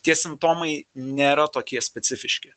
tie simptomai nėra tokie specifiški